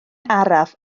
araf